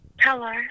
Hello